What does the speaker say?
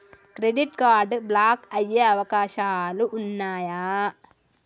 Credit card block అయ్యే అవకాశాలు ఉన్నయా?